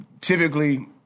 typically